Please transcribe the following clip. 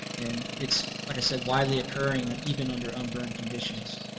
and its like i said, widely occurring and even under unburned conditions.